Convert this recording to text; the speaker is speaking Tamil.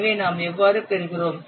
எனவே நாம் எவ்வளவு பெறுகிறோம்